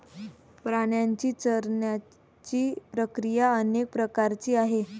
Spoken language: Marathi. प्राण्यांची चरण्याची प्रक्रिया अनेक प्रकारची आहे